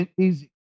easy